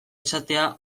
izatea